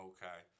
Okay